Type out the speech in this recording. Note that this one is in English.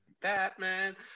Batman